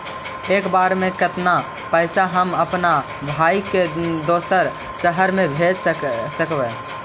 एक बेर मे कतना पैसा हम अपन भाइ के दोसर शहर मे भेज सकबै?